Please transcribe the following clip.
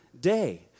day